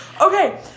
okay